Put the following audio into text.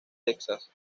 texas